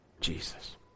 Jesus